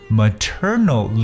maternal